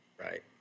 right